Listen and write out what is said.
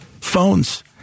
phones